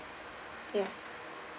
yes